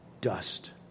dust